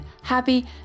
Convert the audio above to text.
happy